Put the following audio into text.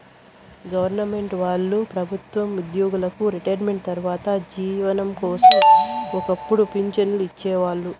government వాళ్ళు ప్రభుత్వ ఉద్యోగులకి రిటైర్మెంటు తర్వాత జీవనం కోసం ఒక్కపుడు పింఛన్లు ఇచ్చేవాళ్ళు